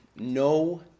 no